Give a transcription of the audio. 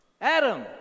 Adam